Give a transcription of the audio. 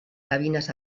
cabinas